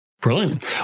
Brilliant